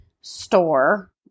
store